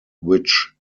which